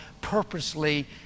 purposely